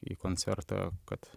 į koncertą kad